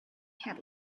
had